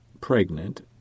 pregnant